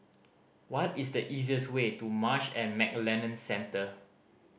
what is the easiest way to Marsh and McLennan Centre